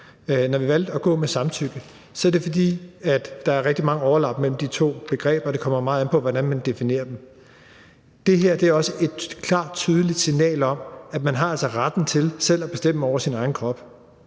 Når vi valgte at gå med samtykket, var det, fordi der er rigtig mange overlap mellem de to begreber, og det kommer meget an på, hvordan man definerer dem. Det her er også et klart, tydeligt signal om, at man altså har retten til selv at bestemme over sin egen krop,